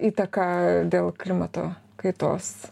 įtaką dėl klimato kaitos